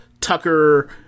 Tucker